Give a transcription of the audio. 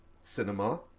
cinema